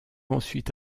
ensuite